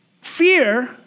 Fear